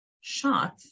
shot